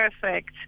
perfect